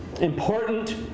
important